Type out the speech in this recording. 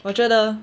我觉得